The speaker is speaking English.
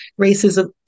racism